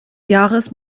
jahres